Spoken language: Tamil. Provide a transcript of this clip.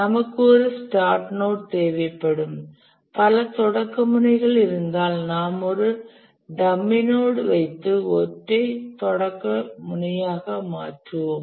நமக்கு ஒரு ஸ்டார்ட் நோட் தேவைப்படும் பல தொடக்க முனைகள் இருந்தால் நாம் ஒரு டம்மி நோட் வைத்து ஒற்றை தொடக்க முனையாக மாற்றுவோம்